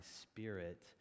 spirit